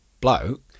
bloke